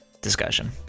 discussion